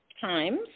times